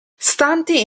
stanti